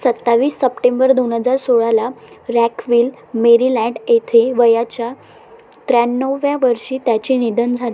सत्तावीस सप्टेंबर दोन हजार सोळाला रॅकविल मेरीलँड येथे वयाच्या त्र्याण्णवव्या वर्षी त्याचे निधन झाले